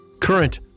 current